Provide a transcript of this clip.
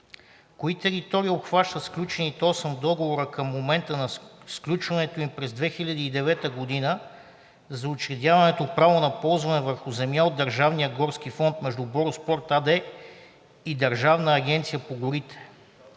кои територии обхващат сключените осем договора към момента на сключването им през 2009 г. за учредяване правото на ползване върху земя от Държавния горски фонд между „Бороспорт“ АД и Държавната агенция по горите?